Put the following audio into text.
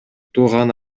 тууган